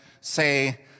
say